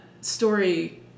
story